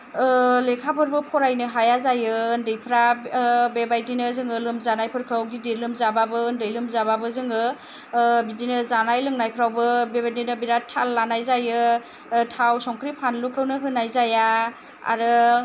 लेखाफोरबो फरायनो हाया जायो उन्दैफ्रा बेबायदिनो जोङो लोमजानायफोरखौ गिदिर लोमजाब्लाबो उन्दै लोमजाब्लाबो जोङो बिदिनो जानाय लोंनायफोरावबो बेबायदिनो बिराद थाल लानाय जायो थाव संख्रि फानलुखौनो होनाय जाया आरो